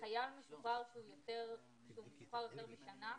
חייל משוחרר שהוא משוחרר יותר משנה,